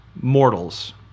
Mortals